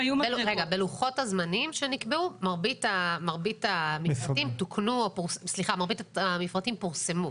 בלוחות זמנים שנקבעו מרבית המפרטים פורסמו.